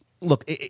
Look